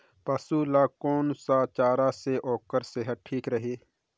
पशु ला कोन स चारा से ओकर सेहत ठीक रही?